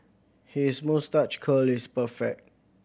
his moustache curl is perfect